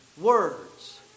words